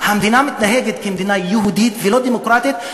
המדינה מתנהגת כמדינה יהודית ולא דמוקרטית,